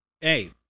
Hey